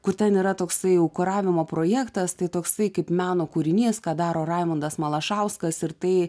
kur ten yra toksai jau kuravimo projektas tai toksai kaip meno kūrinys ką daro raimundas malašauskas ir tai